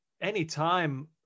anytime